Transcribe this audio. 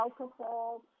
alcohol